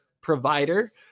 provider